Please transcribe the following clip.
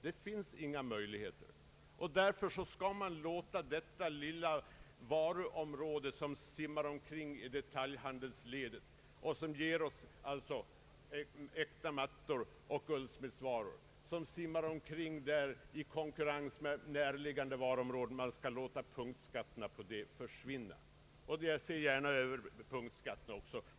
Det finns inga möjligheter att dra en sådan gräns. Därför skall man låta punktskatterna på äkta mattor och guldsmedsvaror försvinna.